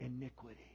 iniquity